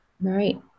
Right